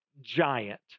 giant